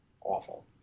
awful